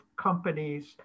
companies